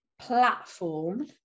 platform